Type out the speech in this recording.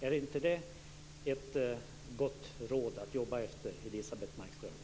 Är inte det ett gott råd att jobba efter, Elisebeht Markström?